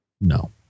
No